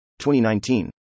2019